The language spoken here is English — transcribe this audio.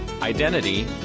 identity